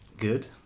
good